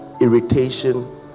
irritation